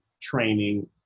training